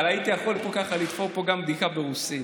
אבל הייתי יכול לתפור פה גם בדיחה ברוסית.